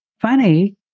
funny